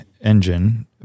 engine